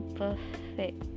perfect